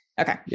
Okay